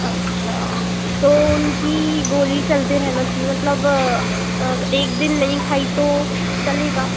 अच्छा तो उनकी गोली चलते रहना चाहिए मतलब एक दिन नहीं खाई तो चलेगा